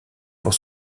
pour